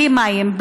בלי מים,